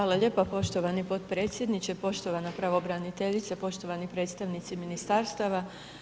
Hvala lijepa poštovani potpredsjedniče, poštovana pravobraniteljice, poštovani predstavnici ministarstava.